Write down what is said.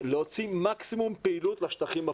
להוציא מקסימום פעילות לשטחים הפתוחים.